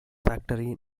factory